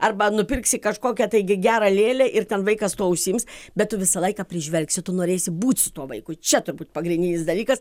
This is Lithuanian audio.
arba nupirksi kažkokią taigi gerą lėlę ir ten vaikas tuo užsiims bet tu visą laiką prižvelgsi tu norėsi būt su tuo vaiku čia turbūt pagrindinis dalykas